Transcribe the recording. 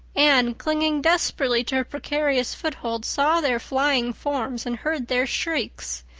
anne, clinging desperately to her precarious foothold, saw their flying forms and heard their shrieks.